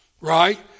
right